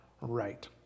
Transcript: right